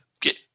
get